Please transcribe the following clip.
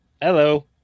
Hello